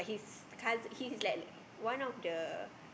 but his cous~ he's like one of the